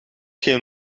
geen